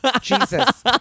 Jesus